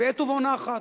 בעת ובעונה אחת.